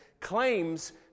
claims